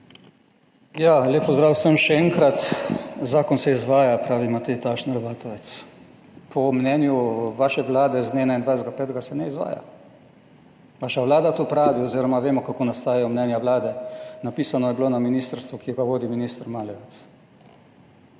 Ja, lep pozdrav vsem še enkrat. Zakon se izvaja, pravi Matej Tašner Vatovec. Po mnenju vaše Vlade z dne 21. 5., se ne izvaja. Vaša Vlada, to pravi oziroma vemo kako nastajajo mnenja Vlade, napisano je bilo na ministrstvu, ki ga vodi minister Maljevac.